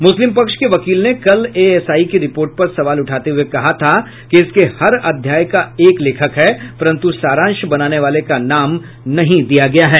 मुस्लिम पक्ष के वकील ने कल एएसआई की रिपोर्ट पर सवाल उठाते हुए कहा था कि इसके हर अध्याय का एक लेखक है परन्तु सारांश बनाने वाले का नाम नहीं दिया गया है